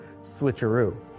switcheroo